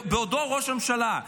בעודו ראש הממשלה,